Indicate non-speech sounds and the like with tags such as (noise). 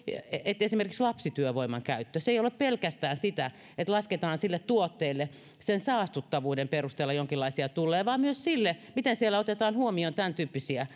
kuin esimerkiksi lapsityövoiman käyttö se ei ole pelkästään sitä että lasketaan tuotteelle sen saastuttavuuden perusteella jonkinlaisia tulleja vaan myös siitä miten siellä otetaan huomioon tämäntyyppisiä (unintelligible)